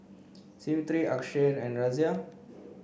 Smriti Akshay and Razia